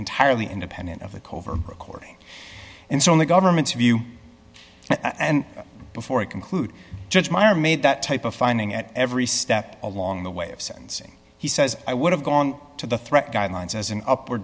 entirely independent of the covert recording and so in the government's view and before i conclude judge meyer made that type of finding at every step along the way of sentencing he says i would have gone to the threat guidelines as an up